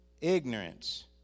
Ignorance